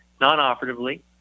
non-operatively